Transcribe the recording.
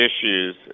issues